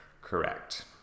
correct